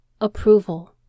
approval